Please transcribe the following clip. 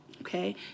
okay